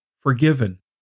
forgiven